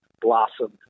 blossomed